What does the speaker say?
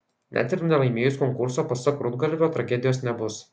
net ir nelaimėjus konkurso pasak rudgalvio tragedijos nebus